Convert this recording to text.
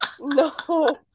No